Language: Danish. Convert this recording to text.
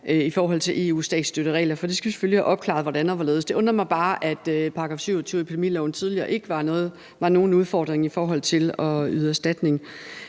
i forhold til EU's statsstøtteregler, for der skal vi selvfølgelig have opklaret hvordan og hvorledes. Det undrer mig bare, at § 27 i epidemiloven tidligere ikke var nogen udfordring i forhold til erstatning,